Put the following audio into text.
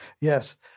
Yes